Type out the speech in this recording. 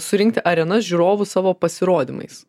surinkti arenas žiūrovų savo pasirodymais